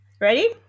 Ready